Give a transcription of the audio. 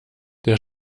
der